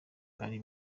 bari